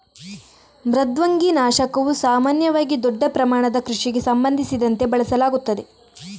ಮೃದ್ವಂಗಿ ನಾಶಕವು ಸಾಮಾನ್ಯವಾಗಿ ದೊಡ್ಡ ಪ್ರಮಾಣದ ಕೃಷಿಗೆ ಸಂಬಂಧಿಸಿದಂತೆ ಬಳಸಲಾಗುತ್ತದೆ